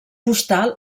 postal